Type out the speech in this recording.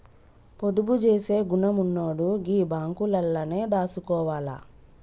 పొదుపు జేసే గుణమున్నోడు గీ బాంకులల్లనే దాసుకోవాల